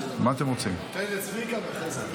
תן לצביקה ואחרי זה אני.